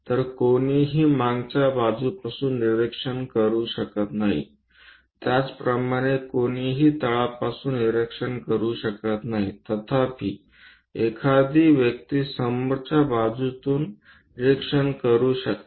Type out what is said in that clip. तर कोणीही मागच्या बाजूसून निरीक्षण करू शकत नाही त्याच प्रकारे कोणीही तळापासून निरीक्षण करू शकत नाही तथापि एखादी व्यक्ती समोरच्या बाजूसून निरीक्षण करू शकते